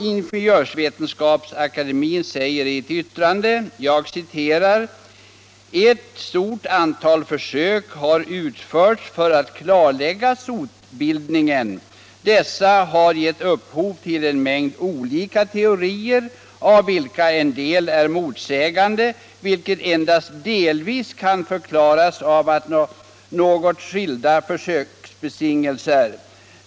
Ingenjörsvetenskapsakademien säger i sitt yttrande: ”Ett stort antal försök har utförts för att söka klarlägga sotbildningen. Dessa har gett upphov till en mängd olika teorier, av vilka en del är motsägande vilket endast delvis kunnat förklaras av något skilda försöksbetingelser.